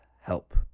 help